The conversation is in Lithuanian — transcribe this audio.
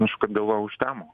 užkurda va užtemo